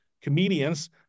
comedians